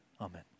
Amen